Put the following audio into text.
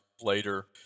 later